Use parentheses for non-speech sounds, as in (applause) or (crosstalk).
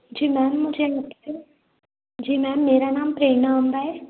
जी ma'am मुझे (unintelligible) जी ma'am मेरा नाम प्रेरणा लाम्बा है